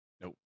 Nope